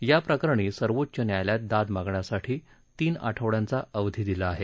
याप्रकरणी सर्वोच्च न्यायालयात दाद मागण्यासाठी तीन आठवड्यांचा अवधी दिला आहे